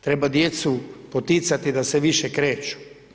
Treba djecu poticati da se više kreću.